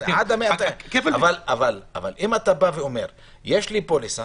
אבל אם אתה אומר שיש לי פוליסה